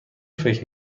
فکر